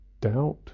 doubt